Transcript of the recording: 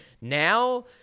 Now